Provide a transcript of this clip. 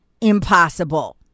impossible